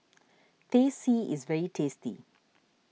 Teh C is very tasty